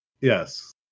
yes